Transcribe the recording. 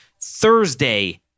Thursday